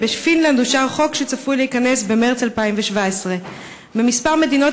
ובפינלנד אושר חוק שצפוי להיכנס במרס 2017. בכמה מדינות